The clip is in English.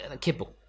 kibble